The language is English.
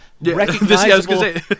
recognizable